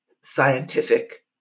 scientific